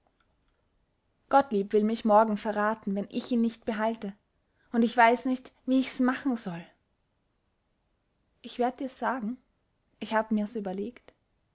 gottlieb will mich morgen verraten wenn ich ihn nicht behalte und ich weiß nicht wie ich's machen soll ich werd dir's sagen ich hab mir's überlegt